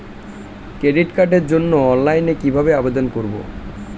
Credit কার্ডের জন্য অনলাইনে কিভাবে আবেদন করব?